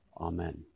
Amen